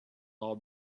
all